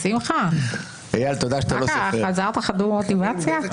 שמחה, מה קרה לך, חזרת חדור מוטיבציה?